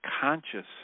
conscious